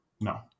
No